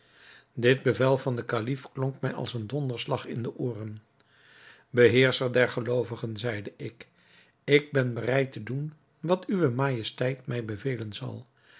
dit bevel van den kalif klonk mij als een donderslag in de ooren beheerscher der geloovigen zeide ik ik ben bereid te doen wat uwe majesteit mij bevelen zal